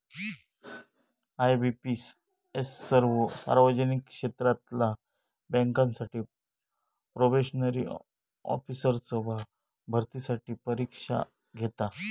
IBPS सर्वो सार्वजनिक क्षेत्रातला बँकांसाठी प्रोबेशनरी ऑफिसर्सचो भरतीसाठी परीक्षा घेता